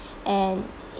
and